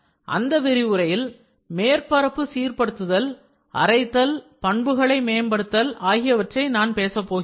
அந்த விரிவுரையில் மேற்பரப்பு சீர்படுத்துதல் அரைத்தல் பண்புகளை மேம்படுத்தல் ஆகியவற்றை நான் பேசப் போகிறேன்